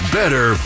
better